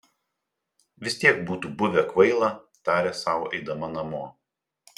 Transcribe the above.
vis tiek būtų buvę kvaila tarė sau eidama namo